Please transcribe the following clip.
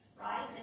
right